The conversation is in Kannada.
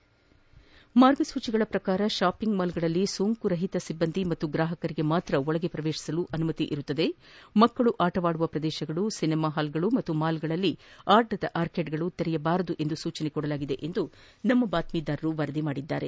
ಕೋವಿಡ್ ಮಾರ್ಗಸೂಚಿಗಳ ಪ್ರಕಾರ ಶಾಪಿಂಗ್ ಮಾಲ್ಗಳಲ್ಲಿ ಸೋಂಕು ರಹಿತ ಸಿಬ್ಬಂದಿ ಮತ್ತು ಗಾಪಕರಿಗೆ ಮಾತ್ರ ಒಳ ಪ್ರವೇಶಿಸಲು ಅನುಮತಿ ನೀಡಲಾಗಿದ್ದು ಮಕ್ಕಳು ಆಟವಾಡುವ ಪ್ರದೇಶಗಳು ಸಿನೆಮಾ ಹಾಲ್ಗಳು ಮತ್ತು ಮಾಲ್ಗಳಲ್ಲಿನ ಆಟದ ಆರ್ಕೇಡ್ಗಳು ತೆರೆಯದಂತೆ ಸೂಚಿಸಲಾಗಿದೆ ಎಂದು ನಮ್ನ ಬಾತ್ತೀದಾರರು ವರದಿ ಮಾಡಿದ್ಲಾರೆ